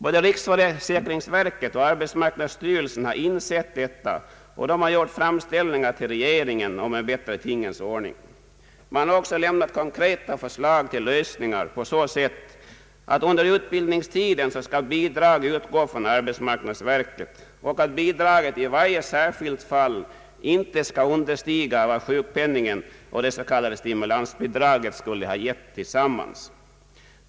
Både riksförsäkringsverket och arbetsmarknadsstyrelsen har insett detta och gjort framställningar till regeringen om en bättre tingens ordning. Man har också lämnat konkreta förslag till lösningar på så sätt att under utbildningstiden skall bidrag utgå från arbetsmarknadsverket och att bidraget i varje särskilt fall inte skall understiga vad sjukpenningen och det s.k. stimulansbidraget skulle ha gett tillsammans.